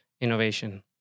innovation